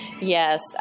Yes